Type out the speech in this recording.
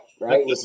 Right